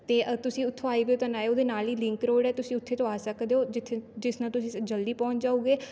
ਅਤੇ ਤੁਸੀਂ ਉਥੋਂ ਹਾਈਵੇ ਤੋਂ ਨਾ ਆਇਓ ਉਹਦੇ ਨਾਲ ਹੀ ਲਿੰਕ ਰੋਡ ਹੈ ਤੁਸੀਂ ਉਥੇ ਤੋਂ ਆ ਸਕਦੇ ਹੋ ਜਿੱਥੇ ਜਿਸ ਨਾਲ਼ ਤੁਸੀਂ ਜਲਦੀ ਪਹੁੰਚ ਜਾਓਗੇ